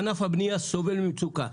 ענף הבנייה סובל ממצוקה.